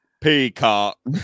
Peacock